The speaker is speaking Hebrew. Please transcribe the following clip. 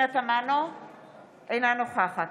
אינה נוכחת